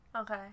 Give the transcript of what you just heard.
Okay